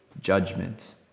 judgment